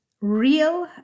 real